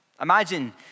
Imagine